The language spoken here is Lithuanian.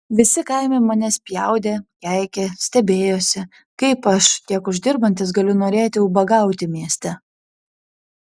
visi kaime mane spjaudė keikė stebėjosi kaip aš tiek uždirbantis galiu norėti ubagauti mieste